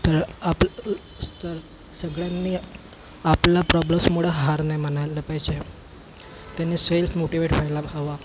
तर आप स्तर सगळ्यांनी आपला प्रॉब्लेम्समुळं हार नाही मानायला पाहिजे त्यांनी सेल्फ मोटिवेट व्हायला हवा